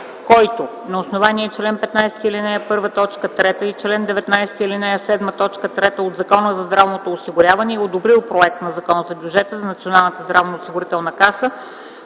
който на основание на чл. 15, ал. 1, т. 3 и чл. 19, ал. 7, т. 3 от Закона за здравното осигуряване е одобрил проект на Закон за бюджета на Националната здравноосигурителна каса